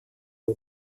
его